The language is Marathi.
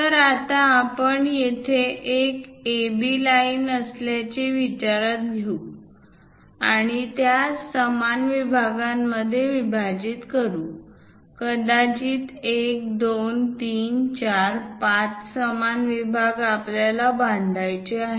तर आता आपण येथे एक AB लाईन असल्याचे विचारात घेऊ आणि त्यास समान विभागांमध्ये विभाजित करू कदाचित 1 2 3 4 5 समान विभाग आपल्याला बांधायचे आहेत